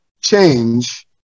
change